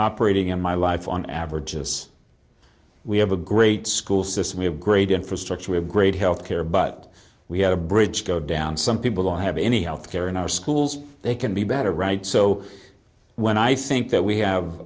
operating in my life on average is we have a great school system we have great infrastructure we have great health care but we have a bridge go down some people don't have any health care in our schools they can be better right so when i think that we have